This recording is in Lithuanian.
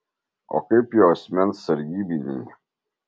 o kaip jo asmens sargybiniai